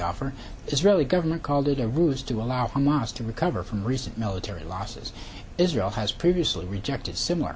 offer israeli government called it a ruse to allow hamas to recover from recent military losses israel has previously rejected similar